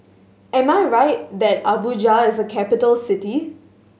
am I right that Abuja is a capital city